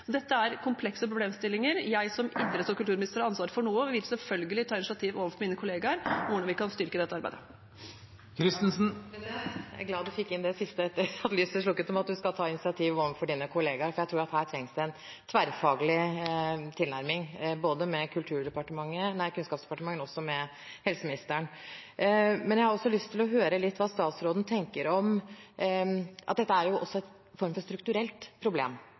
Dette er komplekse problemstillinger. Jeg som idretts- og kulturminister har ansvaret for noe, og vil selvfølgelig ta initiativ overfor mine kollegaer om hvordan vi kan styrke dette arbeidet. Jeg er glad statsråden fikk inn det siste etter at lyset slukket, om at hun skal ta initiativ overfor sine kollegaer, for her tror jeg det trengs en tverrfaglig tilnærming, både med Kunnskapsdepartementet og med helseministeren. Jeg har også lyst til å høre hva statsråden tenker om at dette også er en form for strukturelt problem.